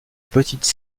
petite